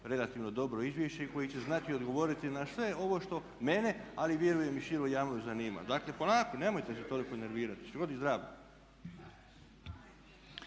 relativno dobro izvješće i koji će znati odgovoriti na sve ovo što mene ali vjerujem i širu javnost zanima. Dakle, polako, nemojte se toliko nervirati, škodi zdravlju.